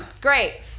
great